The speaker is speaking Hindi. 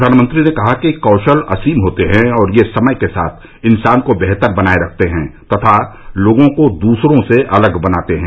प्रधानमंत्री ने कहा कि कौशल असीम होते हैं और यह समय के साथ इंसान को बेहतर बनाए रखते हैं तथा लोगों को दूसरों से अलग बनाते हैं